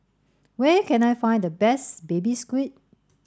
where can I find the best baby squid